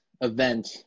event